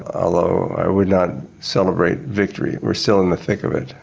although i would not celebrate victory. we're still in the thick of it.